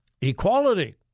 equality